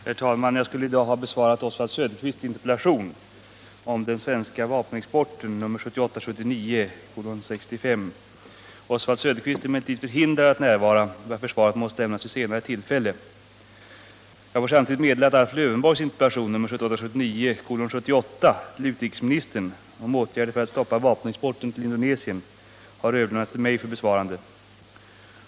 Herr talman! Jag skulle i dag ha besvarat Oswald Söderqvists interpellation 1978 79:78 till utrikesministern om åtgärder för att stoppa vapenexporten till Indonesien har överlämnats till mig för besvarande.